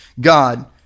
God